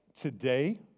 today